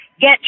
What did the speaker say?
Get